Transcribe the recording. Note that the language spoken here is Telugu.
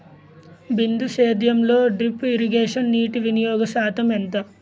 బిందు సేద్యంలో డ్రిప్ ఇరగేషన్ నీటివినియోగ శాతం ఎంత?